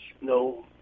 no